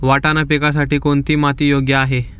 वाटाणा पिकासाठी कोणती माती योग्य आहे?